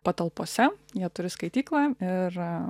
patalpose jie turi skaityklą ir